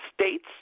states